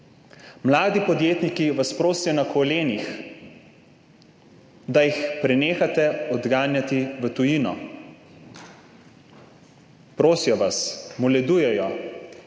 mladi podjetniki vas na kolenih prosijo, da jih prenehate odganjati v tujino. Prosijo vas, moledujejo,